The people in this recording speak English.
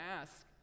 ask